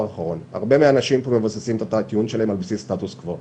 הרבה מהאנשים פה מבססים את הטיעון שלהם על בסיס הסטטוס קוו.